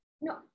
no